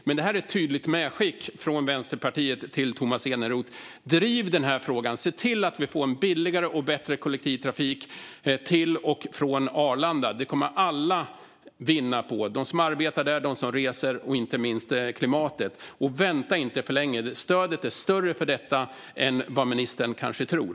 Men det här är ett tydligt medskick från Vänsterpartiet till Tomas Eneroth: Driv frågan och se till att vi får en billigare och bättre kollektivtrafik till och från Arlanda! Det skulle alla vinna på, såväl de som arbetar där som de som reser och inte minst klimatet. Vänta inte för länge! Stödet för detta är större än vad ministern kanske tror.